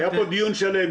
היה פה דיון שלם,